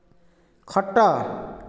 ଖଟ